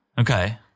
Okay